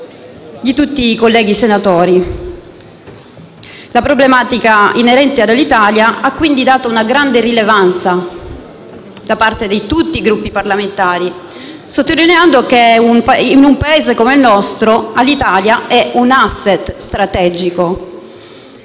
di tutti i colleghi senatori. La problematica inerente ad Alitalia ha quindi avuto una grande rilevanza, da parte di tutti i Gruppi parlamentari, sottolineando che, in un Paese come il nostro, Alitalia è un *asset* strategico.